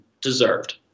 deserved